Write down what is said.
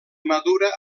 madura